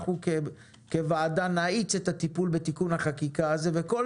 אנחנו כוועדה נאיץ את הטיפול בתיקון החקיקה הזה ובכל